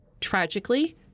Tragically